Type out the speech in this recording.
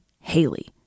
Haley